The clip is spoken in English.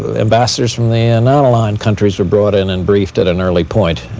ambassadors from the and non-aligned countries were brought in and briefed at an early point.